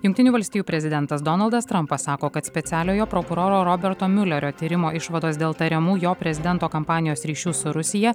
jungtinių valstijų prezidentas donaldas trampas sako kad specialiojo prokuroro roberto miulerio tyrimo išvados dėl tariamų jo prezidento kampanijos ryšių su rusija